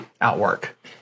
outwork